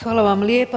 Hvala vam lijepa.